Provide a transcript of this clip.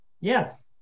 Yes